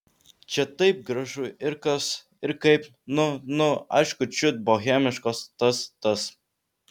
čia taip gražu ir kas ir kaip nu nu aišku čiut bohemiškos tas tas